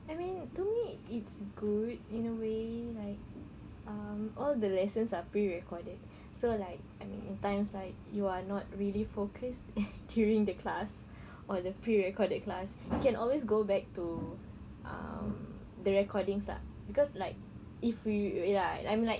I mean to me it's good in a way like um all the lessons are pre-recorded so like I mean in times like you are not really focus during the class or the period of that class you can always go back to um the recordings lah because like if we ya I mean like